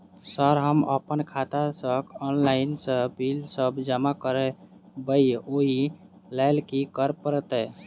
Sir हम अप्पन खाता सऽ ऑनलाइन सऽ बिल सब जमा करबैई ओई लैल की करऽ परतै?